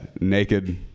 naked